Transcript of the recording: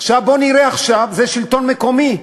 בוא נראה עכשיו, זה שלטון מקומי,